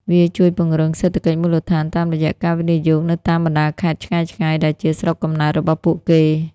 វាជួយពង្រឹង "សេដ្ឋកិច្ចមូលដ្ឋាន" តាមរយៈការវិនិយោគនៅតាមបណ្ដាខេត្តឆ្ងាយៗដែលជាស្រុកកំណើតរបស់ពួកគេ។